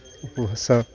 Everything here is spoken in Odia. ଉପଭାଷା